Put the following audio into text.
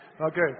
Okay